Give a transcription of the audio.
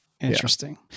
Interesting